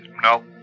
No